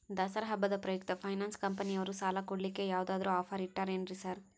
ದಸರಾ ಹಬ್ಬದ ಪ್ರಯುಕ್ತ ಫೈನಾನ್ಸ್ ಕಂಪನಿಯವ್ರು ಸಾಲ ಕೊಡ್ಲಿಕ್ಕೆ ಯಾವದಾದ್ರು ಆಫರ್ ಇಟ್ಟಾರೆನ್ರಿ ಸಾರ್?